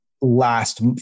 last